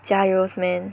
加油 man